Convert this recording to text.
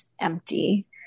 empty